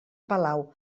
palau